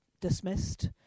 dismissed